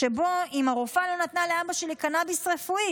שבו אם הרופאה לא נתנה לאבא שלי קנביס רפואי,